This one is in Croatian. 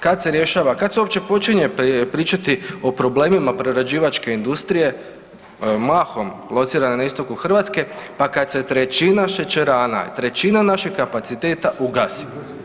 Kad se rješava, kad se uopće počinje pričati o problemima prerađivačke industrije mahom locirane na istoku Hrvatske pa kad se trećina šećerana, trećina našeg kapaciteta ugasi.